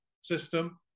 system